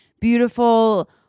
beautiful